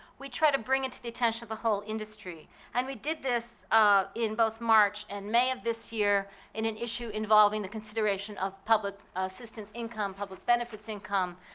we try to bring it to the attention of the whole industry and we did this in both march and may of this year in an issue involving the consideration of public assistance income, public benefits income,